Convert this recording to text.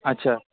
ଆଚ୍ଛା